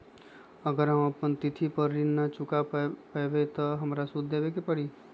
अगर हम अपना तिथि पर ऋण न चुका पायेबे त हमरा सूद भी देबे के परि?